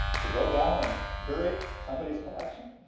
to go down and curate somebody's collection.